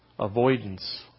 Avoidance